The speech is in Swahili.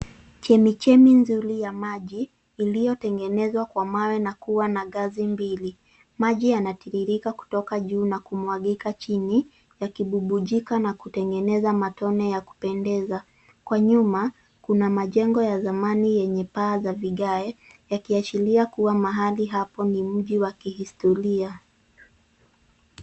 Chemichemi nzuri ya maji iliyotengenezwa kwa mawe na kuwa na ngazi mbili. Maji yanatiririka kutoka juu na kumwagika chini yakibubujika na kutengeneza matone ya kupendeza. Kwa nyuma kuna majengo ya zamani yenye paa za vigae yakiashiria kuwa mahali hapo ni mji wa kihistoria.